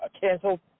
canceled